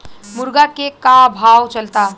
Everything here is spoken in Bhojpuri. मुर्गा के का भाव चलता?